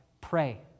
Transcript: Pray